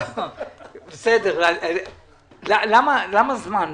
למה זמן?